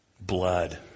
blood